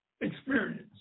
experience